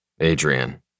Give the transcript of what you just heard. Adrian